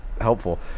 helpful